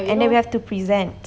and then we have to present